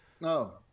No